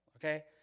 okay